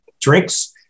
drinks